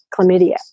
chlamydia